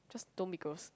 don't be gross